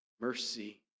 mercy